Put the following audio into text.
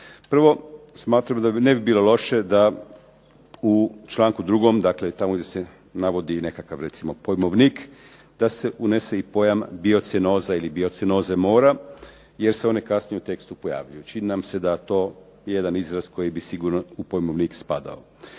Prvo smatramo da ne bi bilo loše da u članku 2. dakle tamo gdje se navodi nekakav recimo pojmovnik, da se unese i pojam biocinoza ili biocinoze mora jer se one kasnije u tekstu pojavljuju. Čini nam se da je to jedan izraz koji bi sigurno u pojmovnik spadao.